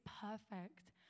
perfect